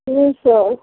दू सए